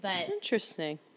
Interesting